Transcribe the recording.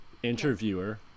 interviewer